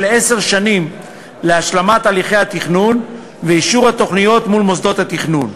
עשר שנים להשלמת הליכי התכנון ואישור התוכניות מול מוסדות התכנון.